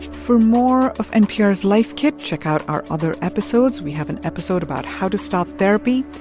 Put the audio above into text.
for more of npr's life kit, check out our other episodes. we have an episode about how to start therapy,